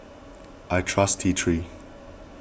I trust T three